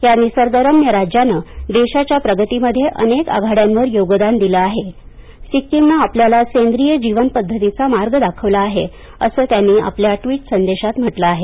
या निसर्गरम्य राज्याने देशाच्या प्रगती मध्ये अनेक आघाड्यांवर योगदान दिलं आहे सिक्कीमनं आपल्याला सेंद्रिय जीवनपद्धतीचा मार्ग दाखवला आहे असं त्यांनी आपल्या ट्वीट संदेशात म्हटलं आहे